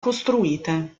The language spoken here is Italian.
costruite